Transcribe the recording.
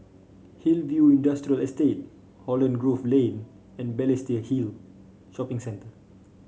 Hillview Industrial Estate Holland Grove Lane and Balestier Hill Shopping Centre